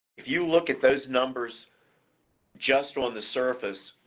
if you look at those numbers just on the surface,